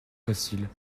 facile